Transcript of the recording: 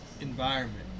environment